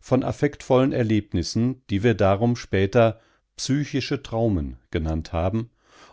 von affektvollen erlebnissen die wir darum später psychische traumen genannt haben